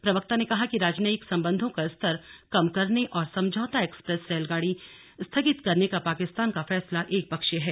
प्रवक्ता ने कहा कि राजनयिक संबंधों का स्तर कम करने और समझौता एक्सप्रेस रेलगाड़ी स्थगित करने का पाकिस्तान का फैसला एक पक्षीय हैं